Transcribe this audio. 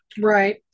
Right